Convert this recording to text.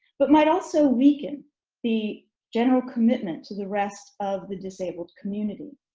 but might also weaken the general commitment to the rest of the disabled community.